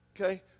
Okay